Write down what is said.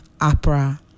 opera